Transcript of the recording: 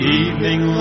evening